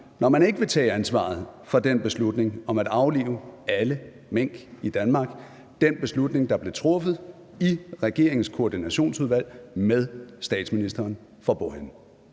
når man ikke vil tage ansvaret for den beslutning om at aflive alle mink i Danmark – den beslutning, der blev truffet i regeringens koordinationsudvalg med statsministeren for